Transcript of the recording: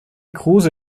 kruse